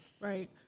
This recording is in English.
Right